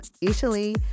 Italy